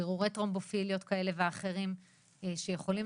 בירור טרומבופיליות כאלו ואחרים שיכולים